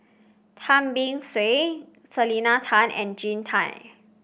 Tan Beng Swee Selena Tan and Jean Tay